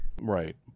right